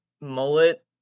mullet